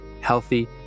healthy